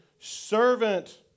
servant